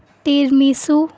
tiramisu